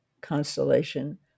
constellation